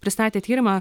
pristatė tyrimą